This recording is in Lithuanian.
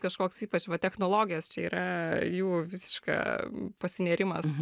kažkoks ypač va technologijos čia yra jų visiška pasinėrimas